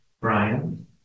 Brian